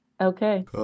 Okay